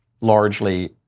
largely